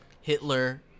Hitler